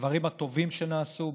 הדברים הטובים שנעשו,